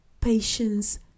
patience